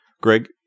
Greg